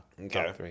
Okay